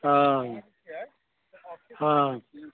हँ हँ